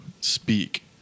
speak